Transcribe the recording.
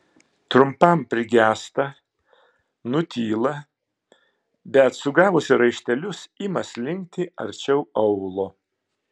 trumpam prigęsta nutyla bet sugavusi raištelius ima slinkti arčiau aulo